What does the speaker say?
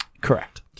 Correct